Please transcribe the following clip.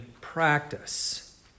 practice